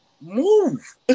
move